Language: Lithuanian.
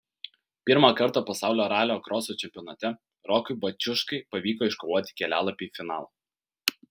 pirmą kartą pasaulio ralio kroso čempionate rokui baciuškai pavyko iškovoti kelialapį į finalą